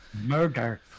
murder